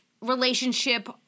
relationship